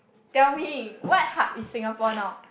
tell me what hub is Singapore now